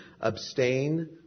Abstain